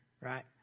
right